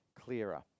clearer